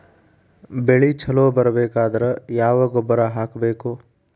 ಬೆಳಿ ಛಲೋ ಬರಬೇಕಾದರ ಯಾವ ಗೊಬ್ಬರ ಹಾಕಬೇಕು?